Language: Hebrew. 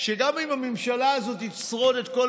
שגם אם הממשלה הזאת תשרוד את כל